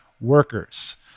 workers